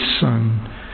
Son